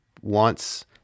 wants